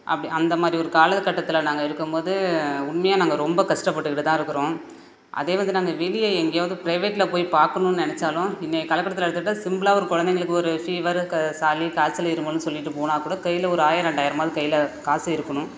அப்படி அந்த மாதிரி ஒரு காலகட்டத்தில் நாங்கள் இருக்கும்போது உண்மையாக நாங்கள் ரொம்ப கஷ்டப்பட்டுகிட்டு தான் இருக்கிறோம் அதே வந்து நாங்கள் வெளியே எங்கேயாவுது ப்ரைவேட்ல போய் பார்க்கணுன்னு நெனைச்சாலும் இன்றைய காலகட்டத்தில் எடுத்துக்கிட்டால் சிம்பிளாக ஒரு குழந்தைங்களுக்கு ஒரு ஃபீவர் க சளி காய்ச்சல் இருமல்னு சொல்லிட்டு போனால் கூட கையில ஒரு ஆயிரம் ரெண்டாயிரமாவது கையில காசு இருக்கணும்